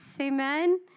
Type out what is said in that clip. Amen